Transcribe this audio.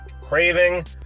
Craving